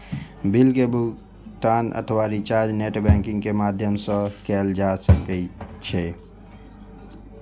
bill के भुगातन अथवा रिचार्ज नेट बैंकिंग के माध्यम सं कैल जा सकै छै